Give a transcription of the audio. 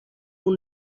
will